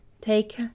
Take